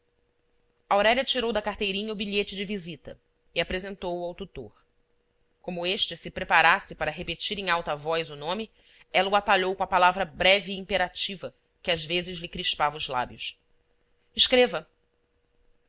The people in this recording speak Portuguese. aurélia tirou da carteirinha o bilhete de visita e apresentou-o ao tutor como este se preparasse para repetir em alta voz o nome ela o atalhou com a palavra breve e imperativa que às vezes lhe crispava os lábios escreva